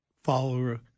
follower